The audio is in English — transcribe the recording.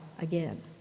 again